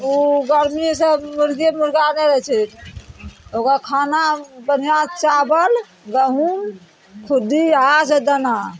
ओ गर्मी से मुर्गे मुर्गा नहि होइ छै ओकरा खाना बढ़िआँ चावल गहूॅंम खुद्दी आ छै दाना